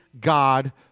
God